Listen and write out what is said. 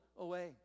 away